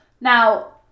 Now